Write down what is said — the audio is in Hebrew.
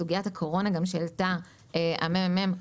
סוגיית הקורונה שהעלתה הנציגה מהממ"מ,